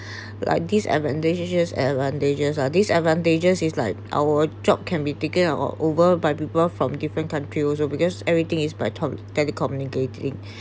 like disadvantages and advantages ah disadvantages is like our job can be taken or over by people from different country also because everything is by tom~ telecommunicating